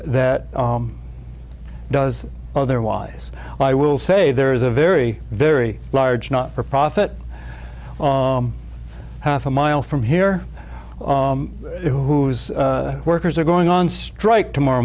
that does otherwise i will say there is a very very large not for profit half a mile from here whose workers are going on strike tomorrow